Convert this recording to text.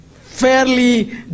fairly